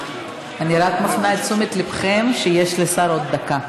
אני רק מפנה את תשומת ליבכם לכך שיש לשר עוד דקה.